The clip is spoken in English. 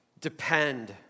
Depend